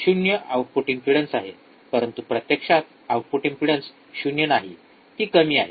शून्य ० output impedance आहे परंतु प्रत्यक्षात आउटपुट इम्पेडन्स ० नाही ती कमी आहे